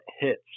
hits